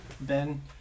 Ben